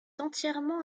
entièrement